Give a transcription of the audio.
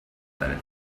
planet